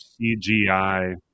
CGI